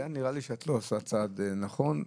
היה נראה לי שאת עושה צעד לא כל כך נכון.